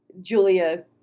Julia